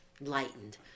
lightened